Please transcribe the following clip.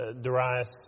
Darius